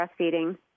breastfeeding